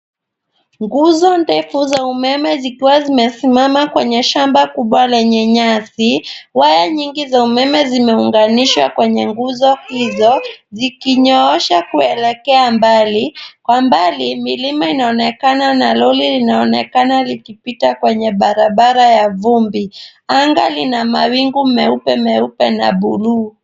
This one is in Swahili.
Nguzo ndefu za umeme zikiwa zimesimama kwenye shamba kubwa lenye nyasi. Waya nyingi za umeme zimeunganishwa kwenye nguzo hizo zikinyoosha kuelekea mbali. Kwa mbali milima inaonekana, na lori linaonekana likipita kwenye barabara ya vumbi. Anga lina mawingu meupe meupe na buluu.